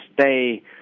stay